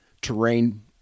terrain